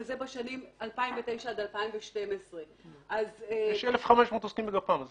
וזה בשנים 2009 עד 2012. יש 1,500 עוסקים בגפ"מ.